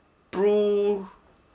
pru